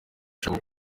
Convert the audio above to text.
ashaka